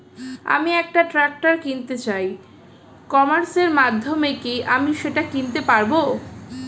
আমি একটা ট্রাক্টর কিনতে চাই ই কমার্সের মাধ্যমে কি আমি সেটা কিনতে পারব?